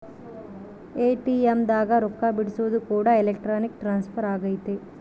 ATM ದಾಗ ರೊಕ್ಕ ಬಿಡ್ಸೊದು ಕೂಡ ಎಲೆಕ್ಟ್ರಾನಿಕ್ ಟ್ರಾನ್ಸ್ಫರ್ ಅಗೈತೆ